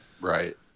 Right